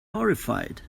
horrified